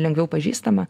lengviau pažįstama